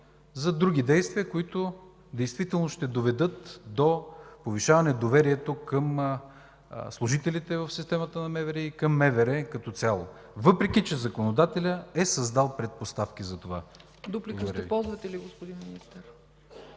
за други действия, които действително ще доведат до повишаване доверието към служителите в системата на МВР и към МВР като цяло, въпреки че законодателят е създал предпоставки за това. Благодаря Ви.